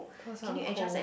cause I'm cold